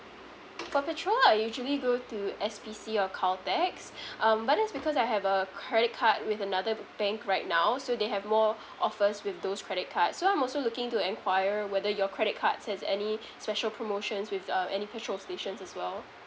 for petrol I usually go to S_P_C or caltex um but that's because I have a credit card with another bank right now so they have more offers with those credit cards so I'm also looking to enquiry whether your credit card has any special promotions with uh any petrol stations as well